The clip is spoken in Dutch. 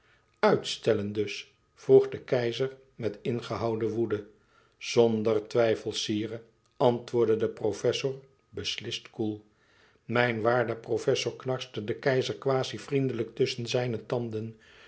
uitstellen dus vroeg de keizer met ingehouden woede zonder twijfel sire antwoordde de professor beslist koel mijn waarde professor knarste de keizer quasi vriendelijk tusschen zijne tanden